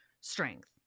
strength